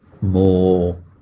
more